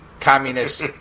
Communist